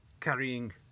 carrying